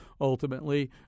ultimately